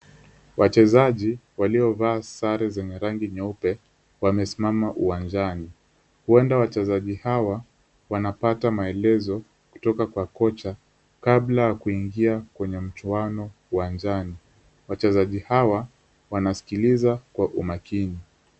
Wachezaji waliovaa sare zenye rangi nyeupe wamesimama uwanjani. Huenda wachezaji hawa wanapata maelezo kutoka kwa kocha kabla ya kuingia kwenye mchuano uwanjani. Wachezaji hawa wanasikiliza kwa umakini.